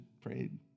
prayed